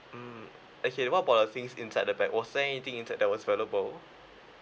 mm okay what about the things inside the bag was there anything inside that was valuable